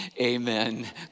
Amen